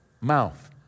mouth